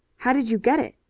how did you get it?